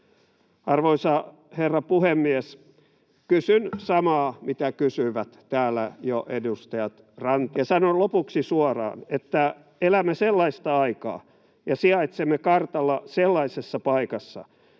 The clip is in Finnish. Arvoisa herra puhemies! Kysyn samaa, mitä kysyivät täällä jo edustajat Mari Rantanen ja Vestman. Ja sanon lopuksi suoraan, että elämme sellaista aikaa ja sijaitsemme kartalla sellaisessa paikassa,